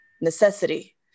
necessity